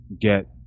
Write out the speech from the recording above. get